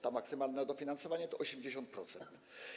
To maksymalne dofinansowanie to 80%.